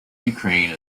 ukraine